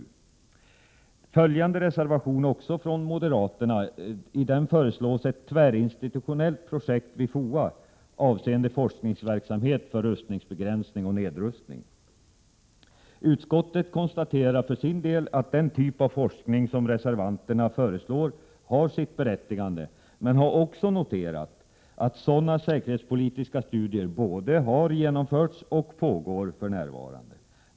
I följande reservation, också från moderaterna, föreslås ett tvärinstitutionellt projekt vid FOA, avseende forskningsverksamhet för rustningsbegränsning och nedrustning. Utskottet konstaterar för sin del att den typ av forskning som reservanterna föreslår har sitt berättigande, men har också noterat att sådana säkerhetspolitiska studier både har genomförts och pågår för närvarande.